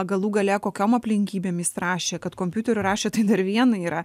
galų gale kokiom aplinkybėm jis rašė kad kompiuteriu rašė tai dar viena yra